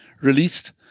released